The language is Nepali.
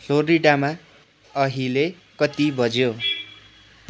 फ्लोरिडामा अहिले कति बज्यो